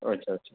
अच्छा अच्छा